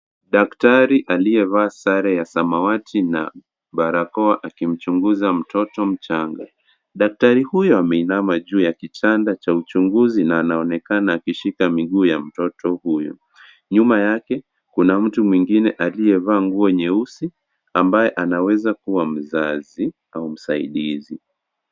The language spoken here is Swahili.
Daktari aliyevaa sare ya samawati na barakoa akimchunguza mtoto mchanga. Daktari huyu ameinama juu ya kitanda cha uchunguzi na anaonekana akishika miguu ya mtoto huyo. Nyuma yake Kuna mtu mwingine aliyevaa nguo nyeusi ambaye anaweza kuwa mzazi au msaidizi.